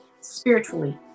spiritually